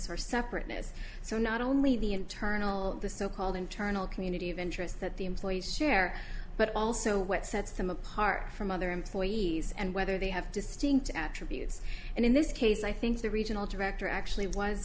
or separateness so not only the internal of the so called internal community of interests that the employees share but also what sets them apart from other employees and whether they have distinct attributes and in this case i think the regional director actually was